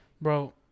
Bro